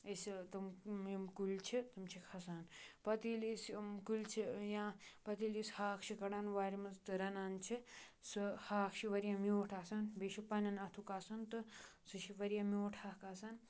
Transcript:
أسہِ تِم یِم کُلۍ چھِ تِم چھِ کھَسان پَتہٕ ییٚلہِ أسۍ یِم کُلۍ چھِ یا پَتہٕ ییٚلہِ أسۍ ہاکھ چھِ کڑان وارِ منٛز تہٕ رَنان چھِ سُہ ہاکھ چھِ واریاہ میوٗٹھ آسان بیٚیہِ چھِ پنٛنٮ۪ن اَتھُک آسان تہٕ سُہ چھِ واریاہ میوٗٹھ ہاکھ آسان